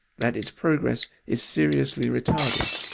that its progress is seriously retarded.